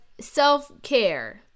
self-care